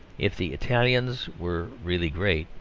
if the italians were really great,